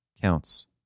counts